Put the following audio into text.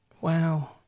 Wow